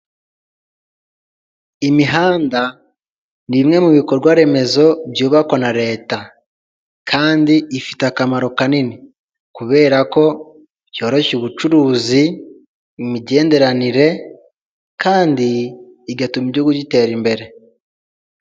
Imihanda ni imwe mu bikorwa remezo byubakwa na leta, kandi ifite akamaro kanini kubera ko byoroshya ubucuruzi, imigenderanire kandi igatuma igihugu gitera imbere.